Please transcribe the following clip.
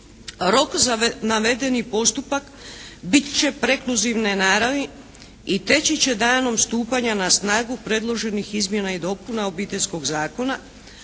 Rok za navedeni postupak bit će prekluzivne naravi i teći će danom stupanja na snagu predloženih izmjena i dopuna Obiteljskog zakona,